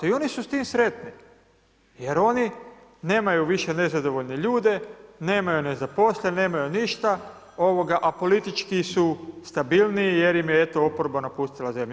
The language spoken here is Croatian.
I oni su s tim sretni jer oni nemaju više nezadovoljne ljude, nemaju nezaposlene, nemaju ništa, a politički su stabilniji jer im je eto oporba napustila zemlju.